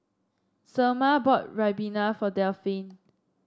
Selma bought Ribena for Delphine